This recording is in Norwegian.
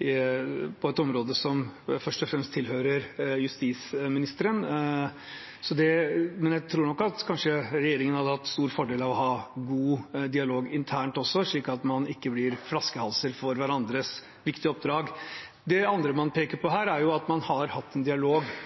ansvarsområde som først og fremst tilhører justisministeren. Men jeg tror nok at regjeringen kanskje hadde hatt en stor fordel av å ha god dialog også internt, slik at man ikke blir flaskehalser for hverandres viktige oppdrag. Det andre man peker på her, er at man har hatt en ukentlig dialog